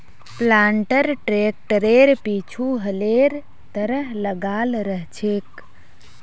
planter ट्रैक्टरेर पीछु हलेर तरह लगाल रह छेक